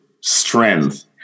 strength